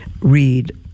read